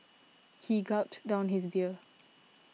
he gulped down his beer